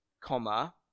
comma